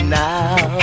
now